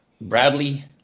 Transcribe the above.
Bradley